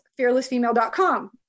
fearlessfemale.com